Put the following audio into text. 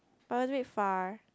but was a bit far